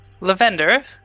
Lavender